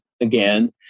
again